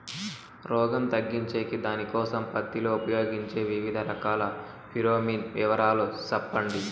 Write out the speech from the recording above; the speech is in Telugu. రోగం తగ్గించేకి దానికోసం పత్తి లో ఉపయోగించే వివిధ రకాల ఫిరోమిన్ వివరాలు సెప్పండి